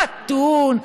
מתון,